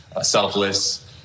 selfless